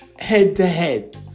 head-to-head